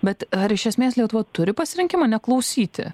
bet ar iš esmės lietuva turi pasirinkimą neklausyti